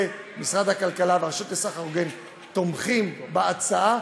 משרד הכלכלה והרשות לסחר הוגן תומכים בהצעה,